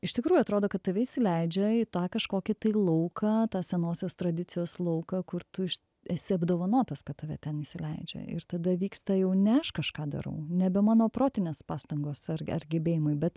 iš tikrųjų atrodo kad tave įsileidžia į tą kažkokį tai lauką tą senosios tradicijos lauką kur tu esi apdovanotas kad tave ten įsileidžia ir tada vyksta jau ne aš kažką darau nebe mano protinės pastangos ar ar gebėjimai bet